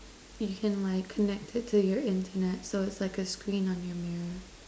you can like connect it to your internet so it's like a screen on your mirror